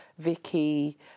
Vicky